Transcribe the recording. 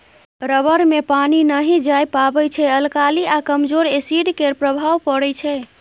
rubber मे पानि नहि जाए पाबै छै अल्काली आ कमजोर एसिड केर प्रभाव परै छै